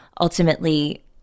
ultimately